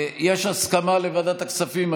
יש הסכמה לוועדת הכספים,